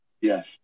Yes